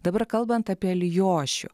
dabar kalbant apie alijošių